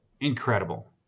incredible